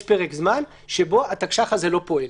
יש פרק זמן שבו התקש"ח הזה לא פועל,